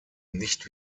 nicht